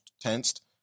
tensed